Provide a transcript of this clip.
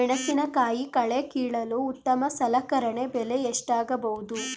ಮೆಣಸಿನಕಾಯಿ ಕಳೆ ಕೀಳಲು ಉತ್ತಮ ಸಲಕರಣೆ ಬೆಲೆ ಎಷ್ಟಾಗಬಹುದು?